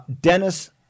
Dennis